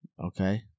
Okay